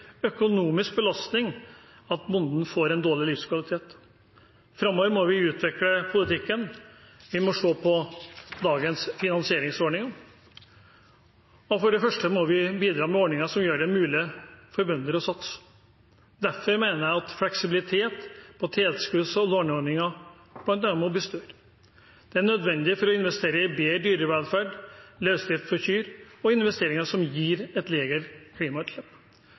økonomisk belastning at bonden får en dårlig livskvalitet. Framover må vi utvikle politikken. Vi må se på dagens finansieringsordninger. For det første må vi bidra med ordninger som gjør det mulig for bønder å satse. Derfor mener jeg at fleksibilitet i tilskudds- og låneordninger bl.a. må bli større. Det er nødvendig for å investere i bedre dyrevelferd, løsdrift for kyr og investeringer som gir et lavere klimautslipp.